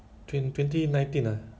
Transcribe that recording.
you know logs kan you know logs